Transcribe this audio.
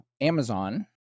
Amazon